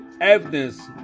evidence